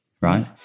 right